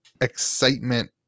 excitement